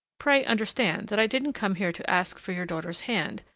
pray understand that i didn't come here to ask for your daughter's hand,